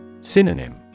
Synonym